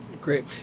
Great